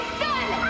son